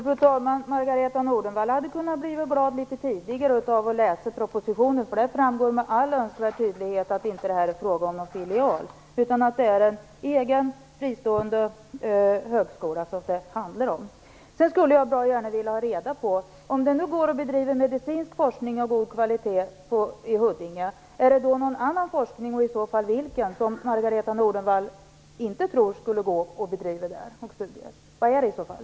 Fru talman! Margareta E Nordenvall hade kunnat bli glad litet tidigare om hon hade läst propositionen. Där framgår med all önskvärd tydlighet att det inte är fråga om någon filial, utan att det handlar om en egen fristående högskola. Om det nu går att bedriva medicinsk forskning av god kvalitet i Huddinge skulle jag bra gärna vilja ha reda på om det är någon annan forskning, och i så fall vilken, som Margareta E Nordenvall inte tror skulle gå att bedriva där. Vilken forskning är det i så fall?